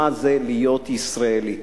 מה זה להיות ישראלי.